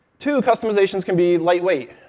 two, customizations can be lightweight,